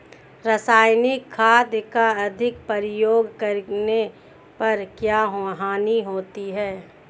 रासायनिक खाद का अधिक प्रयोग करने पर क्या हानि होती है?